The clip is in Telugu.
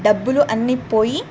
డబ్బులు అన్ని పోయి